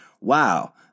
wow